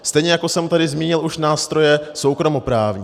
Stejně jako jsem tady zmínil už nástroje soukromoprávní.